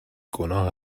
گناه